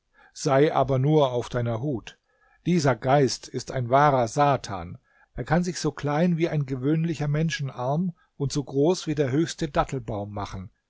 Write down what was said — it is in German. sei aber nur auf deiner hut dieser geist ist ein wahrer satan er kann sich so klein wie ein gewöhnlicher menschenarm und so groß wie der höchste dattelbaum machen